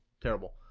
Terrible